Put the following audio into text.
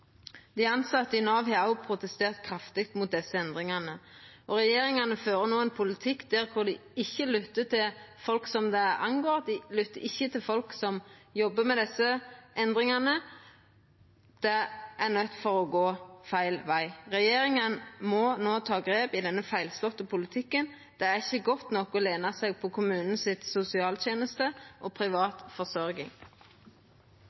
Dei tilsette i Nav har òg protestert kraftig mot desse endringane. Regjeringa fører no ein politikk der dei ikkje lyttar til folk som det angår, dei lyttar ikkje til folk som jobbar med desse endringane. Det er nøydd til å gå feil veg. Regjeringa må no ta grep i denne feilslåtte politikken. Det er ikkje godt nok å lena seg på kommunen si sosialteneste og